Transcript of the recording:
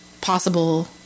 possible